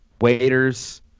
Waiters